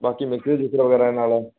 ਬਾਕੀ mixie mixer ਵਗੈਰਾ ਨਾਲ